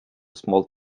small